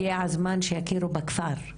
הגיע הזמן שיכירו בכפר,